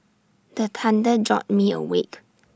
the thunder jolt me awake